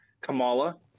Kamala